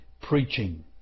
preaching